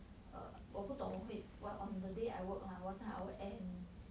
err 我不懂我会 on the day I work lah what time I will end